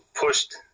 pushed